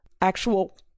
actual